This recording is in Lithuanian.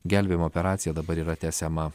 gelbėjimo operacija dabar yra tiesiama